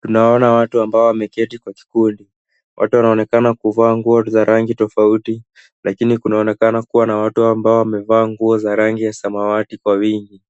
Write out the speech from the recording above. Tunawaona watu ambao wameketi kw kikundi. Wote wanaonekana kuvaa nguo za rangi tofauti lakini kunaonekana kuwa na watu ambao wamevaa nguo za rangi ya samawati kwa wingi.